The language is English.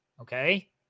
Okay